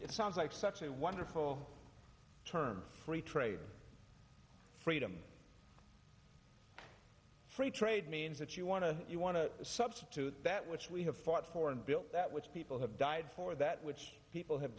it sounds like such a wonderful term free trade freedom free trade means that you want to you want to substitute that which we have fought for and build that which people have died for that which people have